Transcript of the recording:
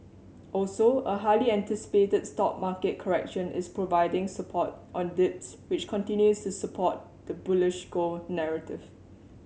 also a highly anticipated stock market correction is providing support on dips which continues to support the bullish gold narrative